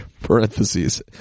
Parentheses